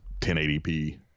1080p